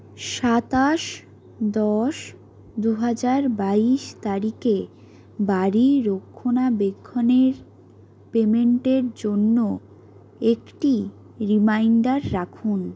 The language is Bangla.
সাতাশ দশ দু হাজার বাইশ তারিখে বাড়ি রক্ষণাবেক্ষণের পেইমেন্টের জন্য একটি রিমাইন্ডার রাখুন